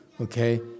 Okay